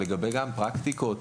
באוסטרליה,